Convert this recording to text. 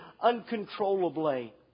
uncontrollably